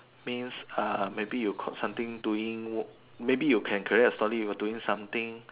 means uh maybe you caught something doing work maybe you can create a story you're doing something